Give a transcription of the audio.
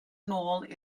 nôl